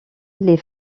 les